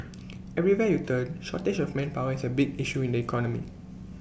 everywhere you turn shortage of manpower is A big issue in the economy